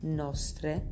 nostre